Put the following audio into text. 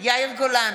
יאיר גולן,